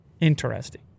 Interesting